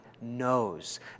knows